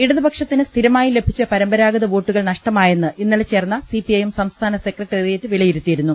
ഇടതുപക്ഷത്തിന് സ്ഥിരമായി ലഭിച്ച പരമ്പരാഗത വോട്ടുകൾ നഷ്ടമായെന്ന് ഇന്നലെ ചേർന്ന സിപിഐഎം സംസ്ഥാന സെക്ര ട്ടറിയറ്റ് വിലയിരുത്തിയിരുന്നു